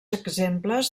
exemples